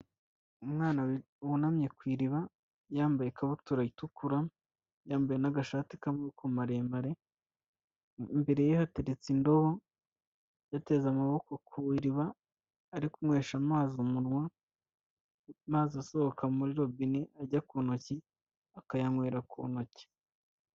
Umwana wunamye ku iriba yambaye ikabutura itukura yambaye n'agashati k'amaboko maremare imbere ye hateretse indobo yateze amaboko ku iriba ari kunywesha amazi umunwa amazi asohoka muri robine ajya ku ntoki akayanywera ku ntoki.